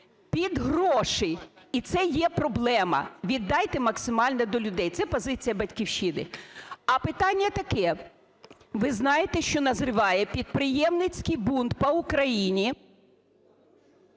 під гроші, і це є проблема. Віддайте максимально до людей. Це позиція "Батьківщини". А питання таке. Ви знаєте, що назріває підприємницький бунт по Україні…